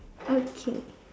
okay